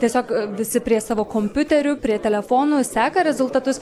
tiesiog visi prie savo kompiuterių prie telefono seka rezultatus